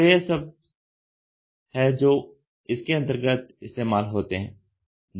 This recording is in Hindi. तो यह वह शब्द है जो इसके अंतर्गत इस्तेमाल होते हैं